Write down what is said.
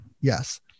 yes